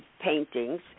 paintings